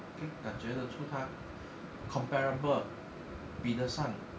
可以感觉得出它 comparable 比得上